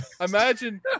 Imagine